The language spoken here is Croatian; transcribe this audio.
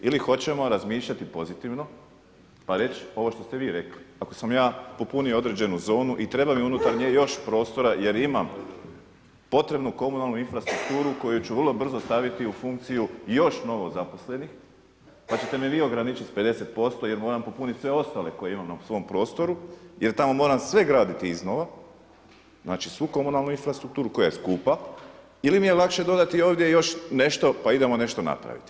Ili hoćemo razmišljati pozitivno pa reći ovo što ste vi rekli, ako sam ja popunio određenu zonu i treba mi unutarnjeg još prostora jer imam potrebnu komunalnu infrastrukturu koju ću vrlo brzo staviti u funkciju još novo zaposlenih, pa ćete me vi ograničiti sa 50% jer moram popunit sve ostale koje imam na svom prostoru jer tamo moram sve graditi iznova, znači svu komunalnu infrastrukturu koja je skupa ili mi je lakše dodati ovdje još nešto pa idemo nešto napraviti?